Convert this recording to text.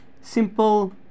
simple